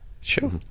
Sure